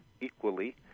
equally